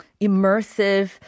immersive